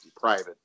private